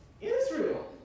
Israel